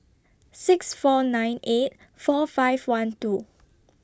six four nine eight four five one two